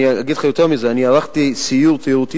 אגיד לך יותר מזה: ערכתי סיור תיירותי